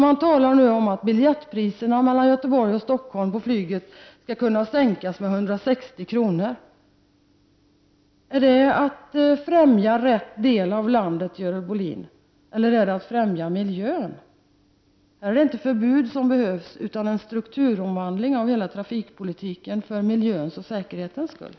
Man talar nu om att biljettpriserna för resor med flyg mellan Göteborg och Stockholm skall kunna sänkas med 160 kr. Är det att främja rätt del av landet, Görel Bohlin? Eller är det att främja miljön? Här är det inte förbud som behövs, utan vad som behövs är en strukturomvandling av hela trafikpolitiken för miljöns och säkerhetens skull.